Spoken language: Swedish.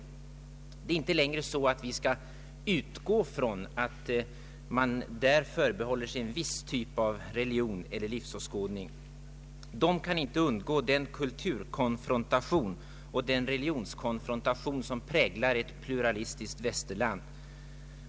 Vi skall inte längre utgå från att man där förbehåller sig en viss typ av religion eller livsåskådning. Man kan t.ex. i Afrika inte undgå den kulturkonfrontation och den religionskonfrontation som präglar ett pluralistiskt Västerland.